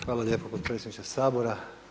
Hvala lijepo potpredsjedniče Sabora.